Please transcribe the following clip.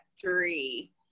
three